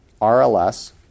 RLS